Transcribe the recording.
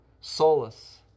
solace